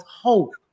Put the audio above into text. hope